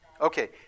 Okay